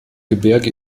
gebirge